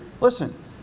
Listen